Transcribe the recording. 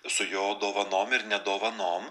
su jo dovanom ir ne dovanom